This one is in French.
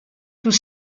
tout